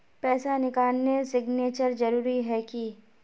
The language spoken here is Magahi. पैसा निकालने सिग्नेचर जरुरी है की?